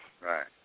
Right